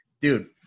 Dude